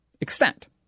extent